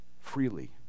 freely